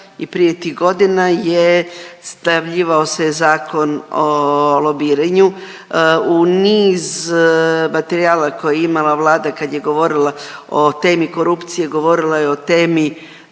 i prije tih godina, je najavljivao se Zakon o lobiranju u niz materijala koje je imala Vlada kad je govorila o temi korupcije, govorila je o temi